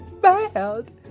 bad